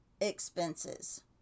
expenses